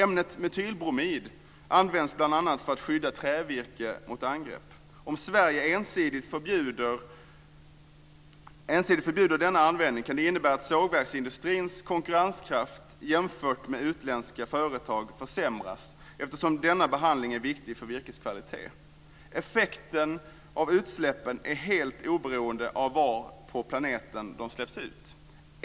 Ämnet metylbromid används bl.a. för att skydda trävirke mot angrepp. Om Sverige ensidigt förbjuder denna användning kan det innebära att svensk sågverksindustris konkurrenskraft jämfört med utländska företags försämras eftersom denna behandling är viktig för virkets kvalitet. Effekten av utsläppen är helt oberoende av var på planeten de släpps ut.